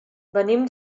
venim